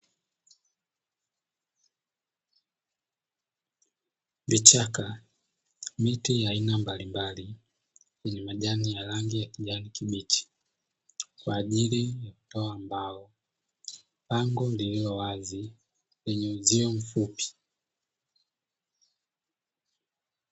Vichaka, miti ya aina mbalimbali, yenye majani ya rangi ya kijani kibichi, kwa ajili ya kutoa mbao, bango lililo wazi lenye uzio mfupi.